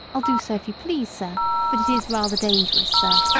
i'll do so if you please, sir but it is rather dangerous, sir,